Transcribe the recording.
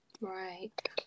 Right